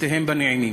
ושנותיהם בנעימים.